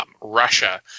Russia